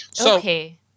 Okay